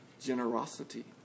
generosity